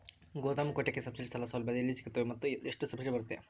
ಗೋದಾಮು ಕಟ್ಟೋಕೆ ಸಬ್ಸಿಡಿ ಸಾಲ ಸೌಲಭ್ಯ ಎಲ್ಲಿ ಸಿಗುತ್ತವೆ ಮತ್ತು ಎಷ್ಟು ಸಬ್ಸಿಡಿ ಬರುತ್ತೆ?